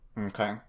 Okay